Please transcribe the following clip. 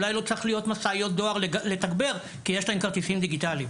אולי לא צריך להיות משאיות דואר לתגבר כי יש להם כרטיסים דיגיטליים.